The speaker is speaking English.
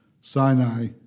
Sinai